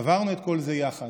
עברנו את כל זה יחד,